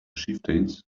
chieftains